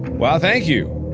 well, thank you!